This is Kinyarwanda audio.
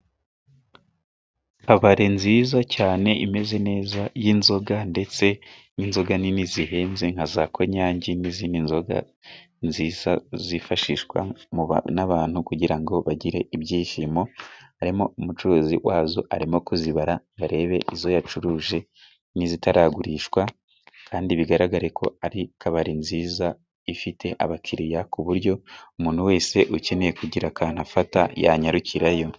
Kabare nziza cyane imeze neza y'inzoga ndetse n'inzoga nini zihenze, nka za konyangi n'izindi nzoga nziza zifashishwa n'abantu kugira bagire ibyishimo, harimo umucuruzi wazo arimo kuzibara ngo arebe izo yacuruje n'izitaragurishwa, kandi bigaragare ko ari kabare nziza ifite abakiriya, ku buryo umuntu wese ukeneye kugira akantu afata yanyarukirayo.